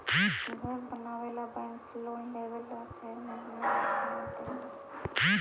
घर बनावे ल बैंक से लोन लेवे ल चाह महिना कैसे मिलतई?